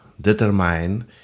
determine